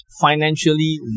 financially